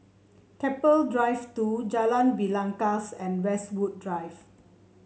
Keppel Drive Two Jalan Belangkas and Westwood Drive